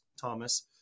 thomas